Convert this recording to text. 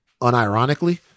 unironically